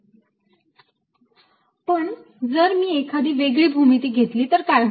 Vrq4π0r≠0 at rR Vrq4π0 पण जर मी एखादी वेगळी भूमिती घेतली तर काय होईल